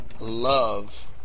love